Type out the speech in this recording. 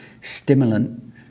stimulant